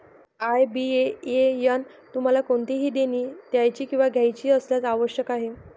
IBAN तुम्हाला कोणतेही देणी द्यायची किंवा घ्यायची असल्यास आवश्यक आहे